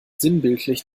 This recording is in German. sinnbildlich